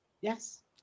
Yes